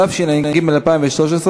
התשע"ג 2013,